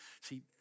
See